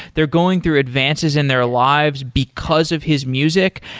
they're going through advances in their lives because of his music.